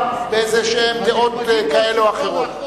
באיזה דעות כאלה ואחרות.